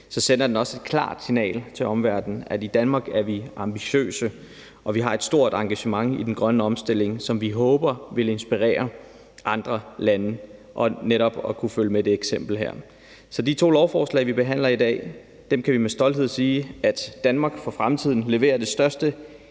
det sender den også et klart signal til omverdenen om, at vi i Danmark er ambitiøse, og at vi har et stort engagement i den grønne omstilling, som vi håber vil inspirere andre lande, netop til at følge det eksempel her. Så med de to lovforslag, vi behandler i dag, kan vi med stolthed sige, at Danmark for fremtiden leverer det største